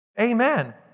Amen